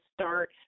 start